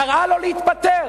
קראה לו להתפטר,